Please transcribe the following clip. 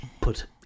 put